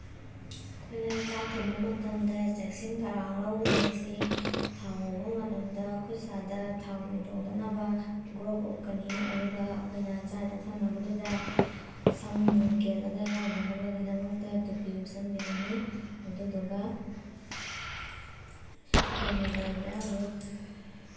ꯑꯩꯈꯣꯏꯅ ꯆꯥꯛ ꯊꯣꯡꯕ ꯃꯇꯝꯗ ꯆꯦꯛꯁꯤꯟ ꯊꯧꯔꯥꯡ ꯂꯧꯒꯗꯕꯁꯤ ꯊꯥꯎ ꯉꯧꯕ ꯃꯇꯝꯗ ꯈꯨꯠ ꯁꯥꯗ ꯊꯥꯎ ꯆꯣꯡꯗꯅꯕ ꯒ꯭ꯂꯣꯚ ꯎꯞꯀꯅꯤ ꯑꯗꯨꯒ ꯑꯩꯈꯣꯏꯅ ꯆꯥꯟꯅ ꯊꯛꯅꯕꯗꯨꯗ ꯁꯝ ꯅꯨꯡ ꯀꯦꯜꯂꯒ ꯌꯥꯎꯗꯅꯕꯒꯤꯗꯃꯛꯇ ꯇꯨꯄꯤ ꯎꯞꯁꯟꯕꯤꯒꯅꯤ ꯑꯗꯨꯗꯨꯒ ꯊꯣꯡꯉꯤꯕ ꯑꯦꯟꯖꯥꯡꯗꯣ